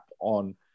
on